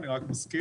אני רק מזכיר.